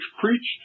preached